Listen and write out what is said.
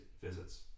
visits